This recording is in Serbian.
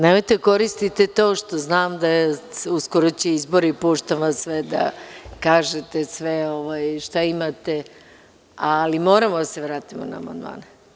Nemojte da koristite to što znam da će uskoro izbori, puštam vam sve da kažete što imate, ali moramo da se vratimo na amandmane.